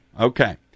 okay